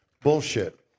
Bullshit